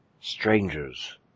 Strangers